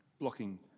blocking